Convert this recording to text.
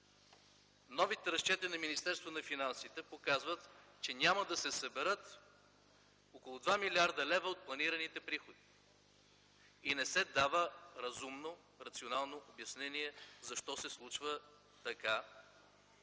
Новите разчети на Министерството на финансите показват, че няма да се съберат около 2 млрд. лв. от планираните приходи и не се дава разумно рационално обяснение защо се случва така.